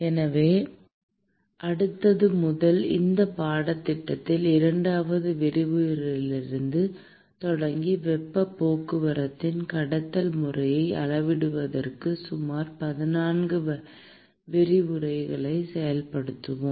எனவே அடுத்தது முதல் இந்த பாடத்திட்டத்தில் இரண்டாவது விரிவுரையிலிருந்து தொடங்கி வெப்பப் போக்குவரத்தின் கடத்தல் முறையை அளவிடுவதற்கு சுமார் 14 விரிவுரைகளை செலவிடுவோம்